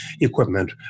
equipment